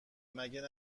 مگه